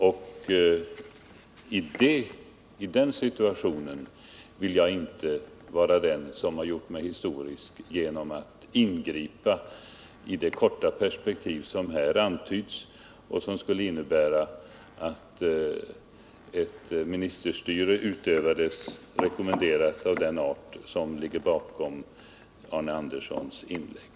I en sådan situation vill jag inte vara den som har gjort mig historisk genom att ingripa i det korta perspektiv som här antyds. Ett ingripande av den art som rekommenderades i Arne Anderssons inlägg skulle innebära att ministerstyre utövades.